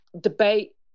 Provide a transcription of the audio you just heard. debate